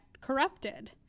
corrupted